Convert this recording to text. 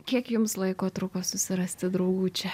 kiek jums laiko truko susirasti draugų čia